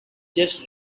just